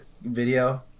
video